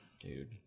Dude